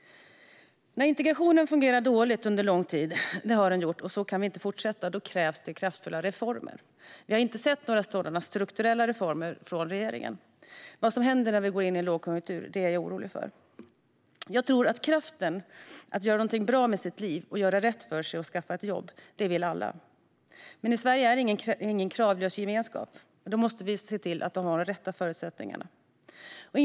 Integrationen har fungerat dåligt under lång tid. Vi kan inte fortsätta på det sättet. Då krävs det kraftfulla reformer. Vi har inte sett några strukturella reformer från regeringen. Jag är orolig för vad som kommer att hända när vi kommer in i en lågkonjunktur. Jag tror att kraften för att göra något bra med sitt liv, att göra rätt för sig och att skaffa ett jobb finns hos alla. Men Sverige är ingen kravlös gemenskap. Då måste vi se till att de rätta förutsättningarna finns.